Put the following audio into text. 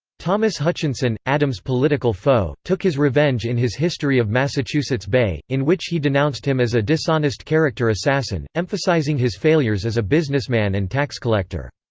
thomas hutchinson, adams' political foe, took his revenge in his history of massachusetts bay, in which he denounced him as a dishonest character assassin, emphasizing his failures as a businessman and tax collector.